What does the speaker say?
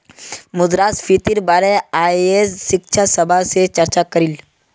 मुद्रास्फीतिर बारे अयेज शिक्षक सभा से चर्चा करिल